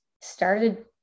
started